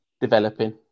developing